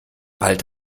bald